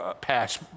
pass